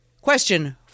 Question